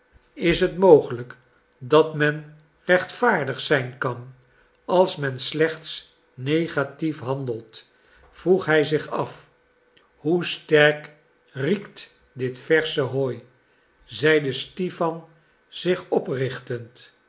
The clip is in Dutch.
is het mogelijk dat men rechtvaardig zijn kan als men slechts negatief handelt vroeg hij zich af hoe sterk riekt dit versche hooi zeide stipan zich oprichtend